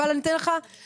אבל אני אתן לך דוגמה